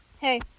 Hey